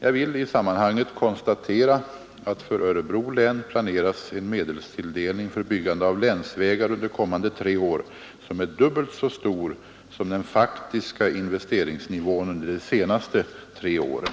Jag vill i sammanhanget konstatera, att för Örebro län planeras en medelstilldelning för byggande av länsvägar under kommande tre år som är dubbelt så stor som den faktiska investeringsnivån under de senaste tre åren.